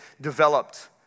developed